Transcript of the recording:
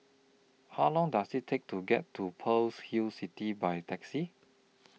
How Long Does IT Take to get to Pearl's Hill City By Taxi